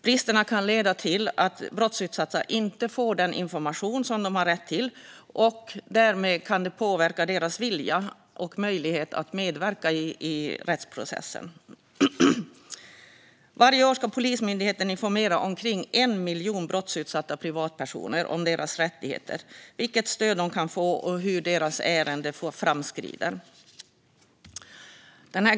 Bristerna kan leda till att brottsutsatta inte får den information som de har rätt till, och det kan därmed påverka deras vilja och möjlighet att medverka i rättsprocessen. Varje år ska Polismyndigheten informera omkring 1 miljon brottsutsatta privatpersoner om deras rättigheter, vilket stöd de kan få och hur deras ärenden framskrider.